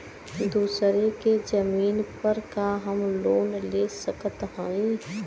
दूसरे के जमीन पर का हम लोन ले सकत हई?